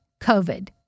COVID